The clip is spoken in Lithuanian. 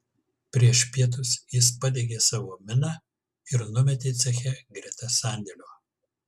prieš pietus jis padegė savo miną ir numetė ceche greta sandėlio